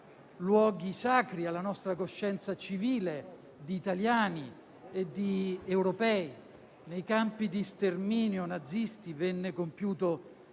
luoghi sacri alla nostra coscienza civile di italiani e di europei. Nei campi di sterminio nazisti venne compiuto